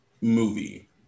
movie